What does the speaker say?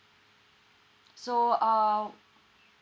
so err